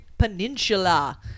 Peninsula